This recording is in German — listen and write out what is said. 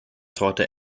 torte